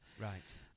Right